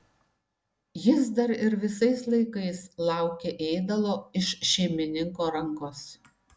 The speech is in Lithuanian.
jis dar ir visais laikais laukė ėdalo iš šeimininko rankos